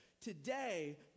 Today